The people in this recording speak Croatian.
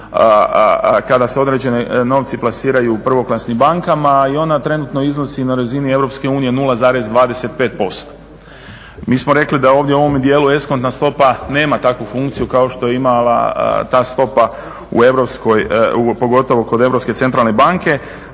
kada se određeni novci plasiraju prvoklasnim bankama i ona trenutno iznosi na razini Europske unije 0,25%. Mi smo rekli da ovdje u ovome dijelu eskontna stopa nema takvu funkciju kao što je imala ta stopa pogotovo kod Europske centralne banke